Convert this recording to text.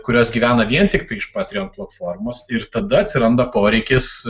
kurios gyvena vien tiktai iš patrion platformos ir tada atsiranda poreikis